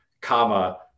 comma